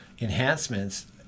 enhancements